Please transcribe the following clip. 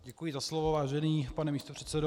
Děkuji za slovo, vážený pane místopředsedo.